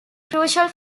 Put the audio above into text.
crucial